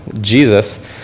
Jesus